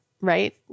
right